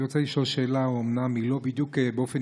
אני רוצה לשאול שאלה שאומנם היא לא בדיוק באופן